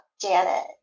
Janet